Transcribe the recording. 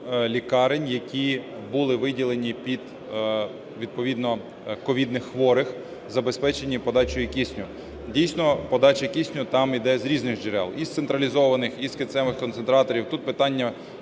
які були виділені під відповідно ковідних хворих, забезпечені подачею кисню. Дійсно, подача кисню там іде з різних джерел: і з централізованих, і з кисневих концентраторів. Тут питання